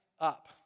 up